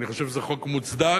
אני חושב שזה חוק מוצדק